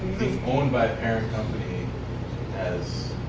owned by a parent company has,